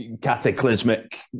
cataclysmic